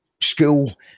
school